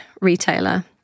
retailer